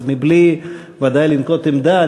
אז ודאי בלי לנקוט עמדה,